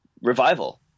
Revival